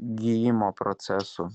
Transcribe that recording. gijimo procesu